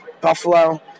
Buffalo